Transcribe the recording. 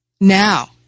now